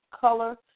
color